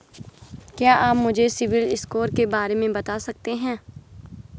क्या आप मुझे सिबिल स्कोर के बारे में बता सकते हैं?